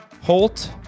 holt